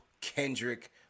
Kendrick